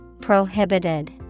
Prohibited